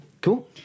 Cool